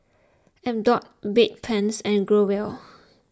Abbott Bedpans and Growell